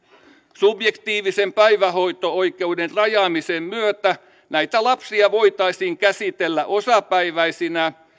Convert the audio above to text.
subjektiivisen päivähoito oikeuden rajaamisen myötä näitä lapsia voitaisiin käsitellä osapäiväisinä